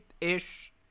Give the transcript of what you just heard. ish